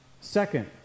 Second